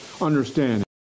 understand